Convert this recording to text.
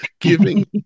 Giving